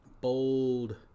bold